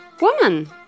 woman